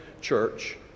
church